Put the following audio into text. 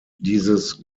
dieses